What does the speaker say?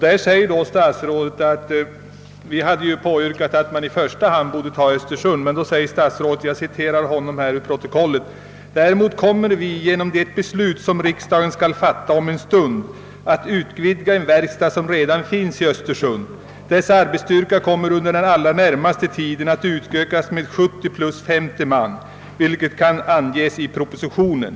Då sade statsrådet som svar på yrkandet att Östersund borde komma i första rummet följande: »Däremot kommer vi genom det beslut som riksdagen skall fatta om en stund att utvidga en verkstad som redan finns i Östersund. Dess arbetsstyrka kommer under den allra närmaste tiden att utökas med 70 plus 50 man, vilket anges i propositionen.